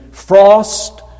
frost